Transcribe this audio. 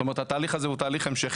זאת אומרת התהליך הזה הוא תהליך המשכי,